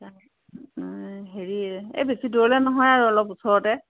হেৰি এ বেছি দূৰলৈ নহয় আৰু অলপ ওচৰতে